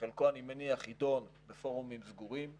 שחלקו אני מניח יידון בפורומים סגורים,